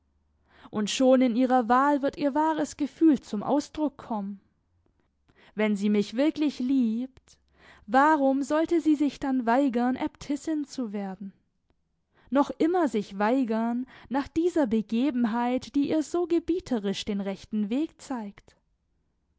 und schon in ihrer wahl wird ihr wahres gefühl zum ausdruck kommen wenn sie mich wirklich liebt warum sollte sie sich dann weigern äbtissin zu werden noch immer sich weigern nach dieser begebenheit die ihr so gebieterisch den rechten weg zeigt